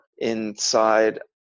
inside